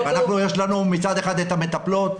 יש לנו מצד אחד את המטפלות,